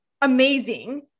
amazing